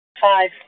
Five